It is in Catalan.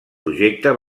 projecte